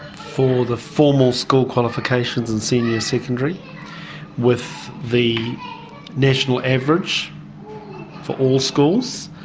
for the formal school qualifications in senior secondary with the national average for all schools,